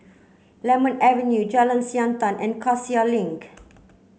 Lemon Avenue Jalan Siantan and Cassia Link